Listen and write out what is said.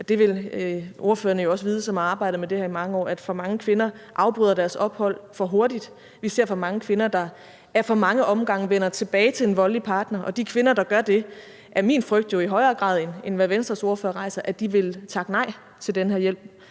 det vil ordførerne, som har arbejdet med det her i mange år, jo også vide – at for mange kvinder afbryder deres ophold for hurtigt. Vi ser for mange kvinder, der ad for mange omgange vender tilbage til en voldelig partner, og i forhold til de kvinder, der gør det, er min frygt i højere grad, end hvad Venstres ordfører udtrykker, at de vil takke nej til den her hjælp.